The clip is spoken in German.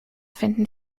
finden